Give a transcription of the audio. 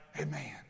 Amen